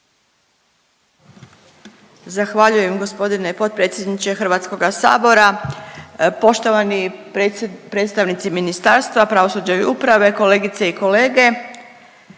Zahvaljujem gospodine potpredsjedniče Hrvatskoga sabora. Poštovani predstavnici Ministarstva pravosuđa i uprave, kolegice i kolege,